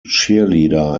cheerleader